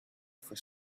for